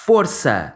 Força